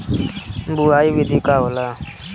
बुआई विधि का होला?